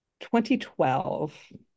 2012